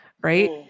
right